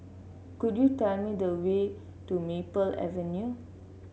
could you tell me the way to Maple Avenue